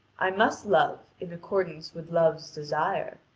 i must love in accordance with love's desire.